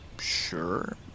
sure